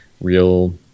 real